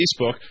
Facebook